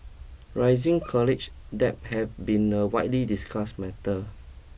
rising college debt had been a widely discuss matter